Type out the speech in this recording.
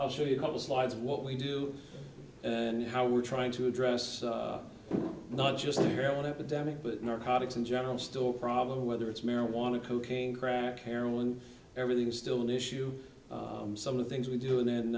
i'll show you a couple slides what we do and how we're trying to address not just the heroin epidemic but narcotics in general still a problem whether it's marijuana cocaine crack heroin everything is still an issue some of the things we do and then